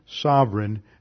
sovereign